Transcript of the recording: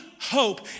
hope